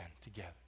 together